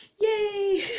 yay